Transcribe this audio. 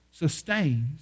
sustains